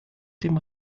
dem